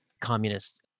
communist